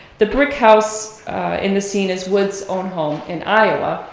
the brick house in the scene is wood's own home in iowa,